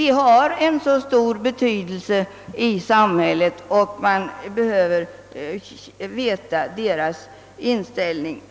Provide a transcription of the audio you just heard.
de har en så stor betydelse i samhället och att man behöver veta deras inställning.